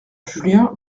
julien